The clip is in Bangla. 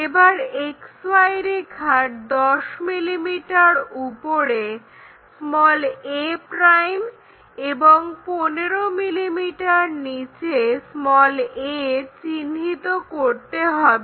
এবার XY রেখার 10 mm উপরে a' এবং 15 mm নিচে a চিহ্নিত করতে হবে